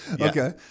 Okay